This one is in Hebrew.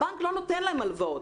הבנק לא נותן להם הלוואות,